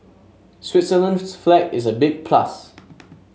Switzerland's flag is a big plus